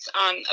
on